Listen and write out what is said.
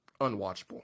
unwatchable